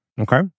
Okay